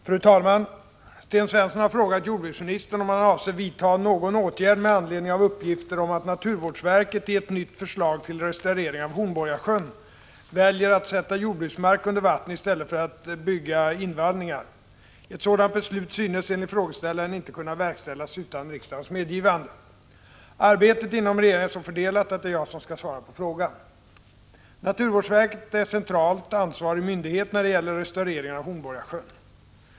Fru talman! Sten Svensson har frågat jordbruksministern om han avser vidta någon åtgärd med anledning av uppgifter om att naturvårdsverket i ett nytt förslag till restaurering av Hornborgasjön väljer att sätta jordbruksmark under vatten i stället för att bygga invallningar. Ett sådant beslut synes, enligt frågeställaren, inte kunna verkställas utan riksdagens medgivande. Arbetet inom regeringen är så fördelat att det är jag som skall svara på frågan. Naturvårdsverket är centralt ansvarig myndighet när det gäller restaureringen av Hornborgasjön.